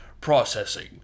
processing